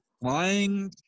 flying